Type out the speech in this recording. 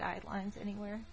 guidelines anywhere